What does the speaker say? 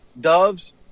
doves